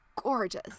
gorgeous